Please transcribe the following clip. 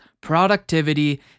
productivity